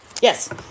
Yes